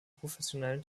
professionellen